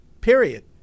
Period